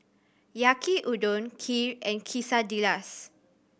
Yaki Udon Kheer and Quesadillas